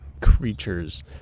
creatures